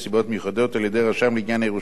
על-ידי רשם לענייני ירושה של מחוז תל-אביב,